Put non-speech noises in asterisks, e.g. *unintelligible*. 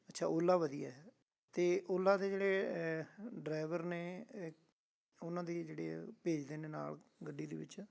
ਅੱਛਾ ਓਲਾ ਵਧੀਆ ਤਾਂ ਓਲਾ ਦੇ ਜਿਹੜੇ ਡਰਾਈਵਰ ਨੇ *unintelligible* ਉਹਨਾਂ ਦੀ ਜਿਹੜੇ ਭੇਜਦੇ ਨੇ ਨਾਲ ਗੱਡੀ ਦੇ ਵਿੱਚ